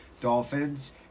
Dolphins